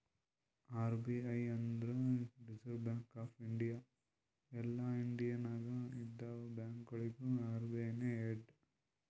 RBI ಅಂದುರ್ reserve bank of India ಎಲ್ಲಾ India ನಾಗ್ ಇದ್ದಿವ ಬ್ಯಾಂಕ್ಗೊಳಿಗ ಅರ್.ಬಿ.ಐ ನೇ ಹೆಡ್